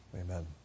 amen